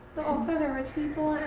so they're rich people. ah,